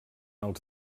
els